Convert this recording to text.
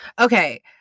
Okay